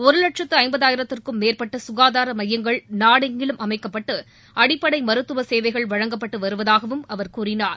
ஒரு லட்சத்து ஜம்பதாயிரத்திற்கும் மேற்பட்ட சுகாதார மையங்கள் நாடெங்கிலும் அமைக்கப்பட்டு அடிப்படை மருத்துவ சேவைகள் வழங்கப்பட்டு வருவதாகவும் அவர் கூறினார்